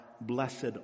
blessed